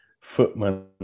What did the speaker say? footman